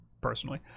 personally